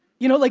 you know? like